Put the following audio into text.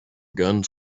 guns